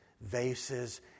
vases